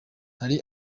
hari